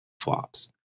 flops